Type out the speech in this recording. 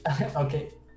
Okay